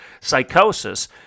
psychosis